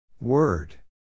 word